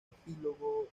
epílogo